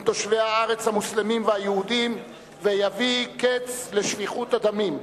תושבי הארץ המוסלמים והיהודים ויביא קץ לשפיכות הדמים.